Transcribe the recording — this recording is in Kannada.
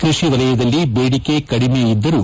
ಕೃಷಿ ವಲಯದಲ್ಲಿ ಬೇಡಿಕೆ ಕಡಿಮೆ ಇದ್ದರೂ